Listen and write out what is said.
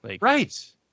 Right